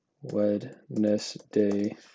Wednesday